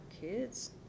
kids